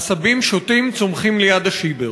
עשבים שוטים צומחים ליד השיבר,